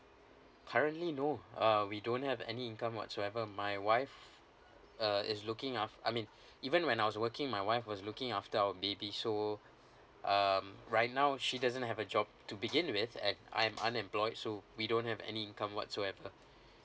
currently no uh we don't have any income whatsoever my wife uh is looking af~ I mean even when I was working my wife was looking after our baby so um right now she doesn't have a job to begin with and I'm unemployed so we don't have any income whatsoever